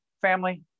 family